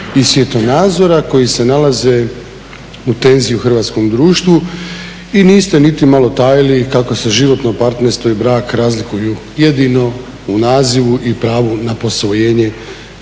i svjetonazora koji se nalaze u tenziji u hrvatskom društvu. I niste niti malo tajili kako se životno partnerstvo i brak razlikuju jedino u nazivu i pravu na posvojenje